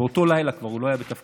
כבר באותו לילה הוא לא היה בתפקידו.